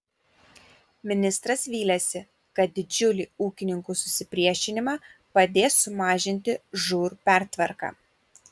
ministras vylėsi kad didžiulį ūkininkų susipriešinimą padės sumažinti žūr pertvarka